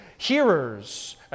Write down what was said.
hearers